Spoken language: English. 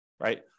Right